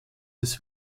des